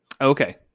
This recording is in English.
Okay